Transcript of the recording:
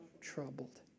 troubled